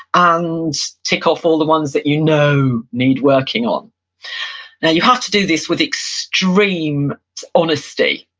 and tick off all the ones that you know need working on now you have to do this with extreme honesty,